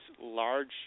large